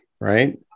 Right